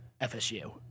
FSU